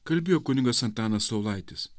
kalbėjo kunigas antanas saulaitis